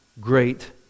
great